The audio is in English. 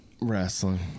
Wrestling